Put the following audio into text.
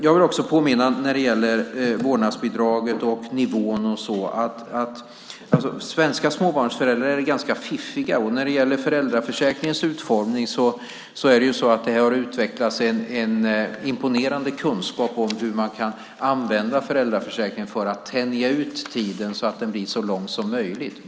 Jag vill också påminna när det gäller vårdnadsbidraget och nivån om att svenska småbarnsfamiljer är ganska fiffiga. När det gäller föräldraförsäkringens utformning har det utvecklats en imponerande kunskap om hur man kan använda föräldraförsäkringen för att tänja ut tiden så mycket som möjligt.